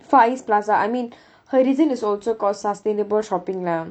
far east plaza I mean her reason is also because sustainable shopping lah